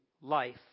life